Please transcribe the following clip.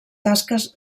tasques